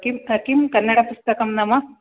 किं किं कन्नडपुस्तकं नाम